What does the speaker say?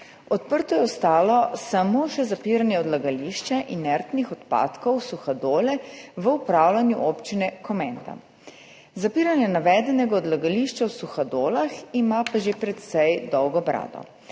Odprto je ostalo samo še zapiranje odlagališča inertnih odpadkov Suhadole, v upravljanju občine Komenda. Zapiranje navedenega odlagališča v Suhadolah ima že precej dolgo brado.